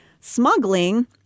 Smuggling